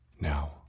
Now